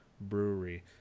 brewery